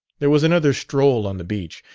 there was another stroll on the beach,